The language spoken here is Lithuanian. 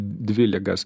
dvi ligas